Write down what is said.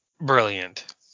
brilliant